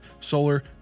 solar